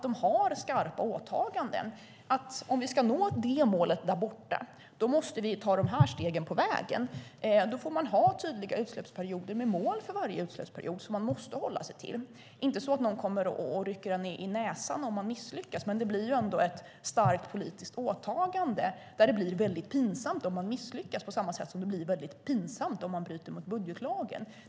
De har skarpa åtaganden som innebär att om vi ska nå ett mål där borta måste vi ta de här stegen på vägen. Då får man ha tydliga utsläppsperioder med mål för varje utsläppsperiod som man måste hålla sig till. Det är inte så att någon kommer och rycker en i näsan om man misslyckas, men det blir ändå ett starkt politiskt åtagande där det blir väldigt pinsamt om man misslyckas, på samma sätt som det blir väldigt pinsamt om man bryter mot budgetlagen.